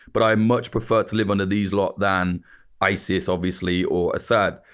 but i much prefer to live under these lot than isis, obviously, or assad.